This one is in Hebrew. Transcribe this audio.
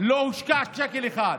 לא הושקע שקל אחד.